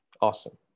awesome